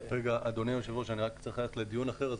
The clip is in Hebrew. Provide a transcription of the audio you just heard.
אדוני היושב ראש, אני צריך ללכת לדיון אחר.